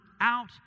out